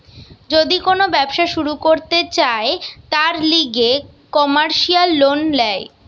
যদি কোন ব্যবসা শুরু করতে চায়, তার লিগে কমার্সিয়াল লোন ল্যায়